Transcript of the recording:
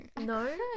No